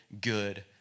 good